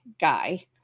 guy